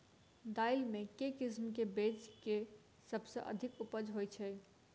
दालि मे केँ किसिम केँ बीज केँ सबसँ अधिक उपज होए छै?